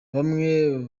bamwe